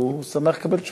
והוא שמח לקבל תשובה.